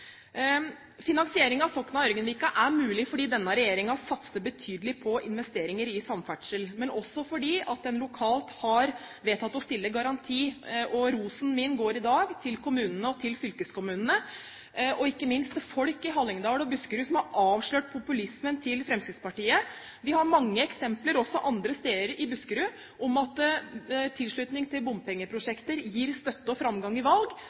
Finansiering av Sokna–Ørgenvika er mulig fordi denne regjeringen satser betydelig på investeringer i samferdsel, men også fordi en lokalt har vedtatt å stille garanti. Rosen min går i dag til kommunene og fylkeskommunene og ikke minst til folk i Hallingdal og Buskerud, som har avslørt populismen til Fremskrittspartiet. Vi har mange eksempler også andre steder i Buskerud på at tilslutning til bompengeprosjekter gir støtte og framgang ved valg.